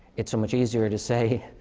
it's so much easier to say,